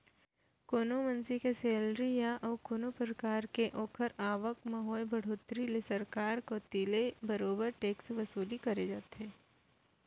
कोनो मनसे के सेलरी या अउ कोनो परकार के ओखर आवक म होय बड़होत्तरी ले सरकार कोती ले बरोबर टेक्स के वसूली करे जाथे